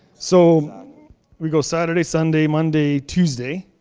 so we go saturday, sunday, monday, tuesday,